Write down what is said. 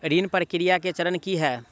ऋण प्रक्रिया केँ चरण की है?